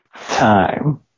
time